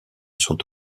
sont